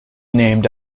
named